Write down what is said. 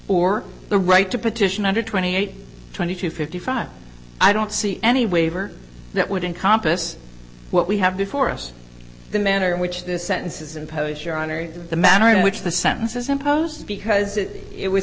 determined or the right to petition under twenty eight twenty two fifty five i don't see any waiver that would in compas what we have before us the manner in which the sentences impose your honor the manner in which the sentences imposed because it was